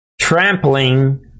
trampling